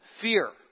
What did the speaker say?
fear